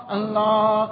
Allah